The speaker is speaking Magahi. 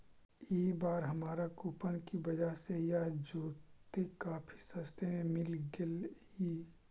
ई बार हमारा कूपन की वजह से यह जूते काफी सस्ते में मिल गेलइ